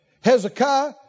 Hezekiah